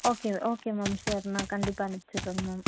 okay okay ma'am sure நான் கண்டிப்பாக அனுப்பிச்சி விட்றேங்க மேம்